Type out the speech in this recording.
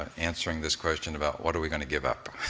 answering this question about what are we gonna give up?